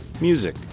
music